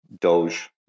Doge